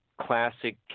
classic